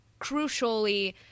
crucially